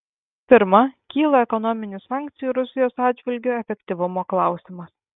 pirma kyla ekonominių sankcijų rusijos atžvilgiu efektyvumo klausimas